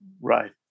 Right